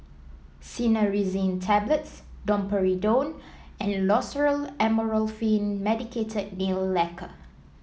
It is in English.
Cinnarizine Tablets Domperidone and Loceryl Amorolfine Medicated Nail Lacquer